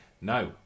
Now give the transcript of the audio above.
No